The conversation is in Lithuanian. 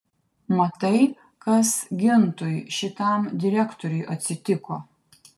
matai kas gintui šitam direktoriui atsitiko